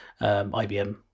IBM